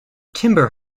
timber